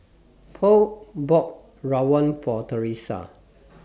Polk bought Rawon For Teressa